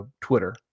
Twitter